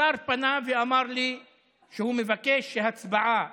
השר פנה ואמר לי שהוא מבקש הצבעה